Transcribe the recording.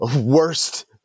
worst